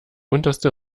unterste